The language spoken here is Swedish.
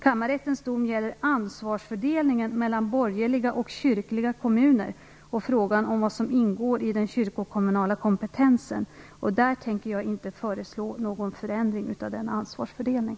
Kammarrättens dom gäller ansvarsfördelningen mellan borgerliga och kyrkliga kommuner och frågan om vad som ingår i den kyrkokommunala kompetensen. Jag avser inte att föreslå någon förändring av denna ansvarsfördelning.